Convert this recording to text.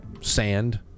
sand